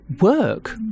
work